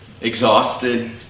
exhausted